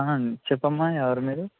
చెప్పమ్మా ఎవరు మీరు